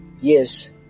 Yes